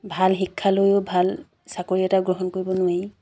ভাল শিক্ষা লৈয়ো ভাল চাকৰি এটা গ্ৰহণ কৰিব নোৱাৰি